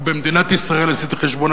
ובמדינת ישראל עשיתי חשבון,